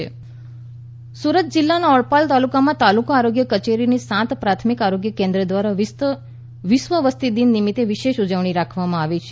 વસતિ દિવસ સુરત જિલ્લાના ઓલપાડ તાલુકામાં તાલુકા આરોગ્ય કચેરી અને સાત પ્રાથમિક આરોગ્ય કેન્દ્ર દ્વારા વિશ્વ વસ્તી દિન નિમિત્તે વિશેષ ઉજવણી રાખવામાં આવી છે